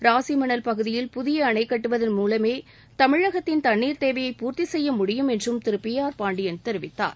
ராசிமணல் பகுதியில் புதிய அணை கட்டுவதன் மூலமே தமிழகத்தின் தண்ணீர் தேவையை பூர்த்தி செய்ய முடியும் என்றும் திரு பி ஆர் பாண்டியன் தெரிவித்தார்